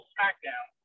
SmackDown